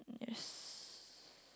yes